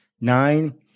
nine